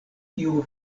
kiu